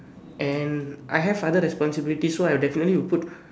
and I have other responsibilities so I will definitely will put